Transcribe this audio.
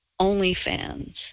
OnlyFans